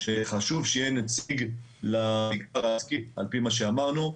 שחשוב שיהיה נציג למגזר העסקי על פי מה שאמרנו.